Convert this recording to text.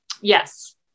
Yes